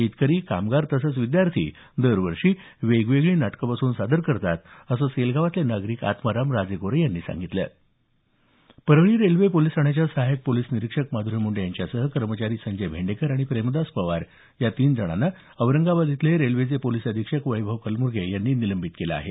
शेतकरी कामगार तसंच विद्यार्थी दरवर्षी वेगवेगळी नाटकं बसवून सादर करतात असं सेलगावातले नागरिक आत्माराम राजेगोरे यांनी सांगितलं परळी रेल्वे पोलिस ठाण्याच्या सहाय्यक पोलिस निरीक्षक माधुरी मुंढे यांच्यासह कर्मचारी संजय भेंडेकर आणि प्रेमदास पवार या तीन जणांना औरंगाबाद इथले रेल्वेचे पोलिस अधीक्षक वैभव कलब्र्मे यांनी निलंबित केलं आहे